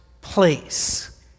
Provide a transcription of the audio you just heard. place